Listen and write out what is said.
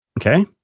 Okay